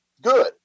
Good